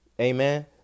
amen